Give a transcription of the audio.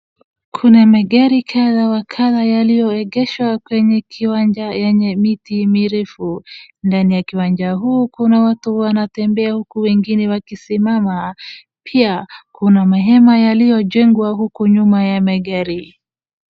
Kuna magari kadha wa kadha yalioegeshwa kwenye kiwanja yenye miti mirefu. Ndani ya kiwanja huu kuna watu wanatembea huku wengine wakisimama. Pia, kuna mahema yaliojengwa huko nyuma ya magari.